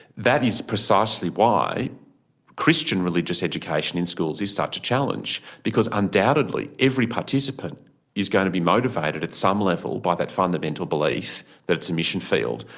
that is precisely why christian religious education in schools is such a challenge, because undoubtedly every participant is going to be motivated at some level by that fundamental belief that it's a mission field.